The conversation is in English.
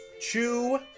Chew